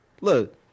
look